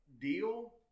deal